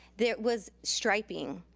it was striping.